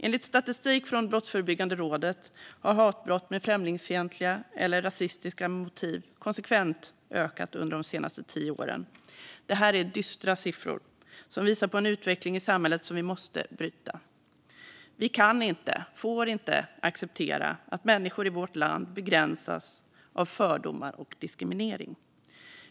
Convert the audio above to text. Enligt statistik från Brottsförebyggande rådet har hatbrott med främlingsfientliga eller rasistiska motiv konsekvent ökat under de senaste tio åren. Det är dystra siffror som visar på en utveckling i samhället som vi måste bryta. Vi kan inte och får inte acceptera att människor i vårt land begränsas av fördomar och diskriminering.